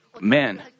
men